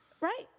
Right